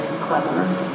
clever